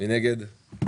מי נגד?